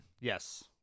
Yes